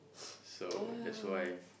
oh